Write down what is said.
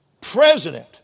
president